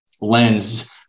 lens